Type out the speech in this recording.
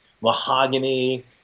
mahogany